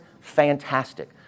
fantastic